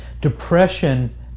depression